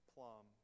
Plum